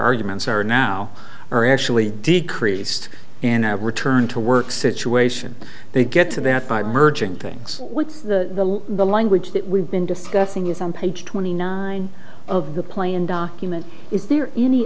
arguments are now or actually decreased in a return to work situation they get to that by merging things with the the language that we've been discussing is on page twenty nine of the plain document is there any